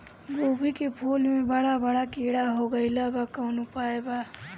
गोभी के फूल मे बड़ा बड़ा कीड़ा हो गइलबा कवन उपाय बा?